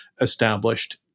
established